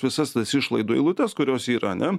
visas tas išlaidų eilutes kurios yra ane